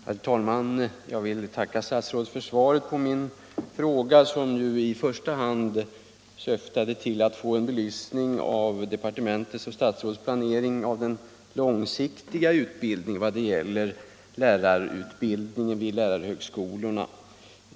Herr talman! Jag vill tacka statsrådet för svaret på min fråga som i första hand syftade till att få en belysning av departementets och statsrådets planering av den långsiktiga lärarutbildningen vid lärarhögskolorna.